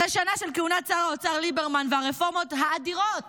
אחרי שנה של כהונת שר האוצר ליברמן והרפורמות האדירות